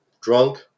drunk